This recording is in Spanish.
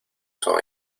son